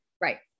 Right